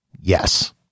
Yes